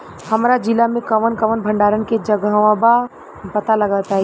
हमरा जिला मे कवन कवन भंडारन के जगहबा पता बताईं?